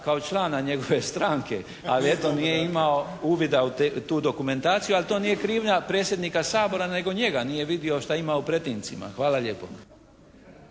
kao člana njegove stranke. Ali eto nije imao uvida u tu dokumentaciju. Ali to nije krivnja predsjednika Sabora nego njega. Nije vidio šta ima u pretincima. Hvala lijepo.